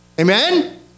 Amen